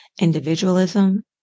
individualism